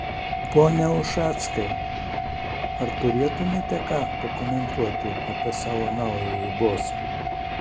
pone ušackai ar turėtumėte ką pakomentuoti apie savo naująjį bosą